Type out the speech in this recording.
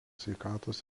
sveikatos